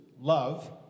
love